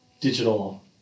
digital